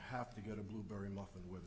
have to go to blueberry muffin with